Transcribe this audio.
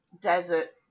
desert